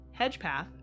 Hedgepath